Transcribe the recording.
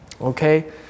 okay